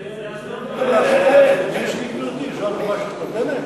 זו הדוגמה שאת נותנת?